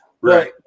Right